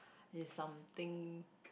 is something